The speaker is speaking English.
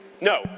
No